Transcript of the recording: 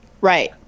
right